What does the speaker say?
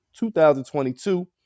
2022